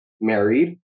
married